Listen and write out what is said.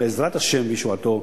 בעזרת השם ובישועתו,